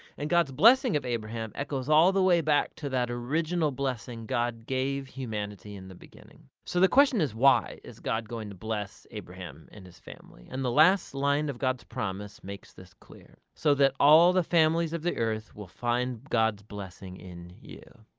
and god's blessing of abraham echoes all the way back to that original blessing god gave humanity in the beginning. so the question is why is god going to blessed abraham and his family? and the last line of god's promise makes this clear so that all the families of the earth will find god's blessing in you.